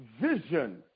vision